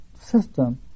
system